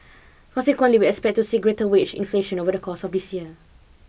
consequently we expect to see greater wage inflation over the course of this year